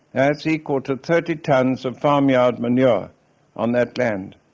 and that's equal to thirty tonnes of farmyard manure on that land.